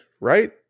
right